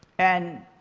and